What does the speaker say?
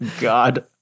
god